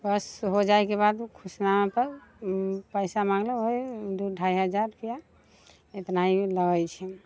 बस हो जाइके बाद खुशनामापर पैसा मँगलो हइ दू ढाइ हजार रुपैआ एतना ही लगै छै